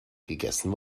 gegessen